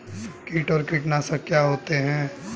कीट और कीटनाशक क्या होते हैं?